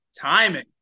timing